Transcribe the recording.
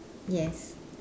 yes